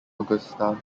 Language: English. augusta